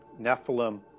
nephilim